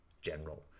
general